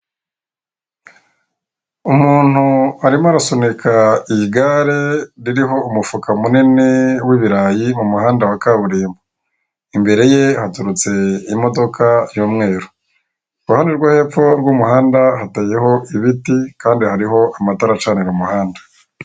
Umuntu arimo arasunika igare ririho umufuka munini wibirayi mu muhanda wa kaburimbo, imbere ye haturutse imodoka y'umweru iruhande rwo hepfo rw'umuhanda hataho i ibiti kandi hariho amatara acanira umuhanda.